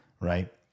Right